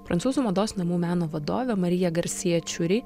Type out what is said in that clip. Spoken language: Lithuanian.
prancūzų mados namų meno vadovė marija garsija čiuri